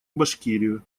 башкирию